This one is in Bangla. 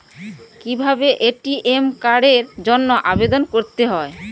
কিভাবে এ.টি.এম কার্ডের জন্য আবেদন করতে হয়?